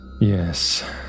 Yes